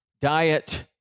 diet